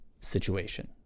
situation